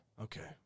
Okay